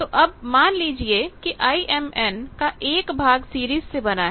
तो अब मान लीजिए कि IMN का एक भाग सीरीज से बना है